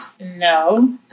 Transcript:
no